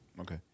Okay